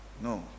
No